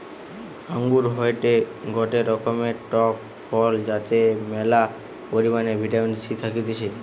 আঙ্গুর হয়টে গটে রকমের টক ফল যাতে ম্যালা পরিমাণে ভিটামিন সি থাকতিছে